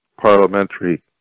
parliamentary